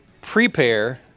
prepare